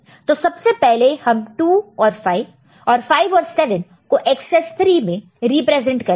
तो सबसे पहले हम 2 और 5 और 5 और 7 को एकसेस 3 में रिप्रेजेंट करेंगे